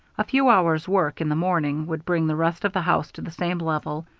a few hours' work in the morning would bring the rest of the house to the same level,